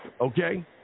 okay